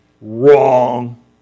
Wrong